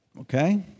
okay